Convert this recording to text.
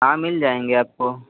हाँ मिल जाएँगे आपको